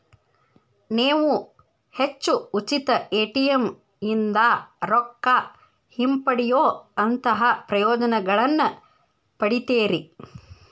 ನೇವು ಹೆಚ್ಚು ಉಚಿತ ಎ.ಟಿ.ಎಂ ಇಂದಾ ರೊಕ್ಕಾ ಹಿಂಪಡೆಯೊಅಂತಹಾ ಪ್ರಯೋಜನಗಳನ್ನ ಪಡಿತೇರಿ